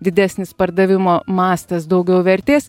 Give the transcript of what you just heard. didesnis pardavimo mastas daugiau vertės